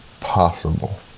possible